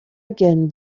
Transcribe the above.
again